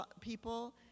people